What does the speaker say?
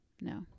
No